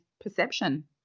perception